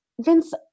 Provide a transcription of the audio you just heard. Vince